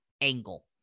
angle